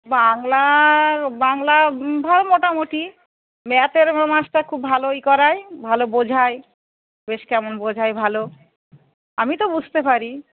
বাংলার বাংলা ভালো মোটামুটি ম্যাথের মাস্টার খুব ভালো ই করায় ভালো বোঝায় বেশ কেমন বোঝায় ভালো আমি তো বুঝতে পারি